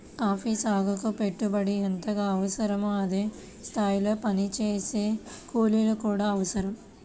coffee సాగుకి పెట్టుబడి ఎంతగా అవసరమో అదే స్థాయిలో పనిచేసే కూలీలు కూడా అవసరం